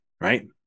right